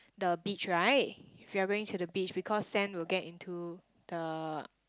the beach right if you are going to the beach because sand will get into the